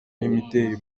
n’imideli